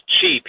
cheap